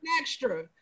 extra